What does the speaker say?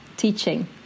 teaching